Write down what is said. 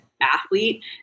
athlete